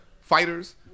fighters